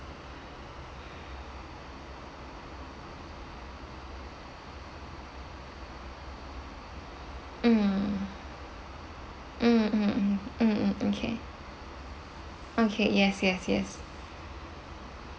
mm mm mm mm mm mm okay okay yes yes yes